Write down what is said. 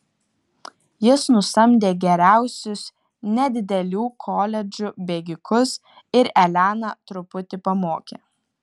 jis nusamdė geriausius nedidelių koledžų bėgikus ir eleną truputį pamokė